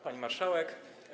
Pani Marszałek!